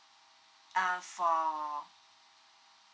uh for